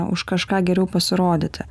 už kažką geriau pasirodyti